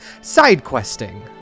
SideQuesting